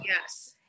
yes